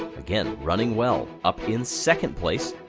again running well up in second place.